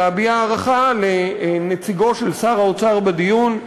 להביע הערכה לנציגו של שר האוצר בדיון,